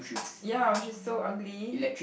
ya which is so ugly